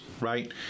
right